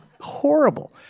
horrible